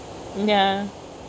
ya